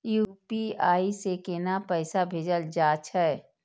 UPI से केना पैसा भेजल जा छे?